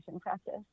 practice